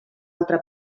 altra